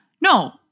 no